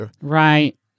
Right